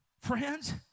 friends